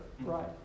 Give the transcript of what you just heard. right